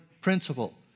principle